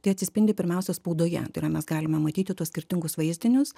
tai atsispindi pirmiausia spaudoje tai yra mes galime matyti tuos skirtingus vaizdinius